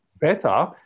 better